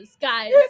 guys